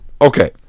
Okay